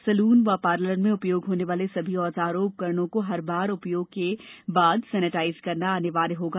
salon व parlour में उपयोग होने वाले सभी औजारों उपकरणों को हर बार उपयोग में लाने के उपरांत सेनेटाइज करना अनिवार्य होगा